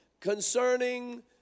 concerning